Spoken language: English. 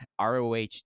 roh